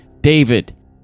David